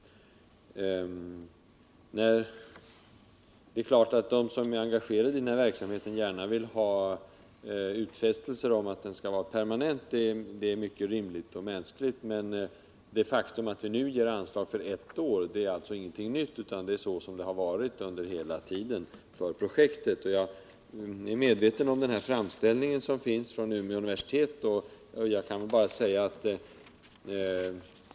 Självfallet vill de som är engagerade i denna verksamhet ha utfästelser om att den skall vara permanent — det är mycket rimligt och mänskligt — men det faktum att vi nu ger anslag för ett år är inget nytt, utan det har gällt hela tiden för projektet. Jag är medveten om den framställning som gjorts från Umeå universitet.